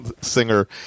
singer